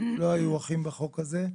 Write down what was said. לא היו אחים בחוק הזה.